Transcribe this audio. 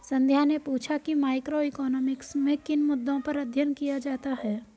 संध्या ने पूछा कि मैक्रोइकॉनॉमिक्स में किन मुद्दों पर अध्ययन किया जाता है